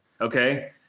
okay